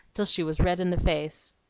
till she was red in the face.